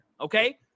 Okay